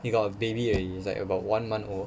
he got a baby already and it's like about one month old